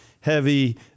heavy